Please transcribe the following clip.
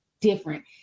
different